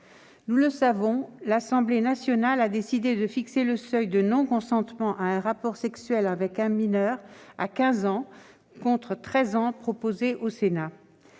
Nous le savons : l'Assemblée nationale a décidé de fixer le seuil de non-consentement à un rapport sexuel avec un mineur à 15 ans, contre 13 ans proposés par le Sénat.